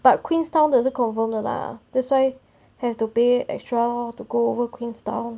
but queenstown 的是 confirm 的 lah that's why have to pay extra to go over queenstown